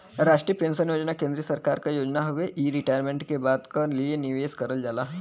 राष्ट्रीय पेंशन योजना केंद्रीय सरकार क योजना हउवे इ रिटायरमेंट के बाद क लिए निवेश करल जाला